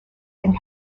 and